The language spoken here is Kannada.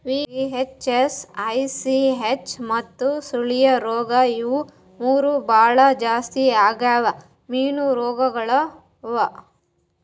ವಿ.ಹೆಚ್.ಎಸ್, ಐ.ಸಿ.ಹೆಚ್ ಮತ್ತ ಸುಳಿಯ ರೋಗ ಇವು ಮೂರು ಭಾಳ ಜಾಸ್ತಿ ಆಗವ್ ಮೀನು ರೋಗಗೊಳ್ ಅವಾ